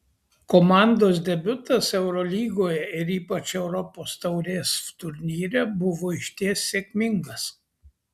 komandos debiutas eurolygoje ir ypač europos taurės turnyre buvo išties sėkmingas